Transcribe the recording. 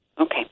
Okay